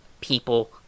people